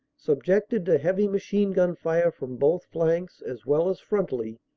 subjected to heavy machine-gun fire from both flanks as well as frontally,